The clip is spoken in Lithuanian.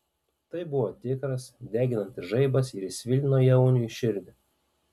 tai buvo tikras deginantis žaibas ir jis svilino jauniui širdį